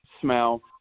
smell